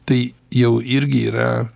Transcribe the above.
tai jau irgi yra